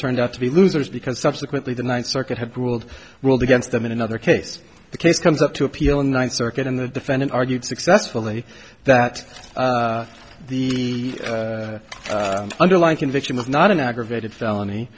turned out to be losers because subsequently the ninth circuit had ruled ruled against them in another case the case comes up to appeal in ninth circuit and the defendant argued successfully that the underlying conviction was not an aggravated felony